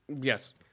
Yes